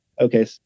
okay